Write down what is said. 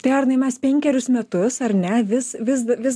tai arnai mes penkerius metus ar ne vis vis vis